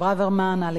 אלכס מילר,